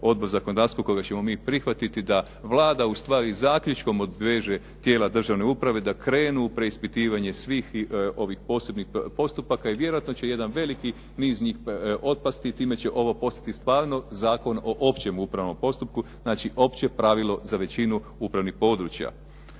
Odbor za zakonodavstvo koga ćemo mi prihvatiti da Vlada ustvari zaključkom obveže tijela državne uprave da krenu u preispitivanje svih ovih posebnih postupaka i vjerojatno će jedan veliki niz njih otpasti, time će ovo postati stvarno Zakon o općem upravnom postupku, znači opće pravilo za većinu upravnih područja.